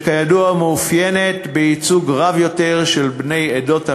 שכידוע מתאפיינת בייצוג רב יותר של בני עדות המזרח.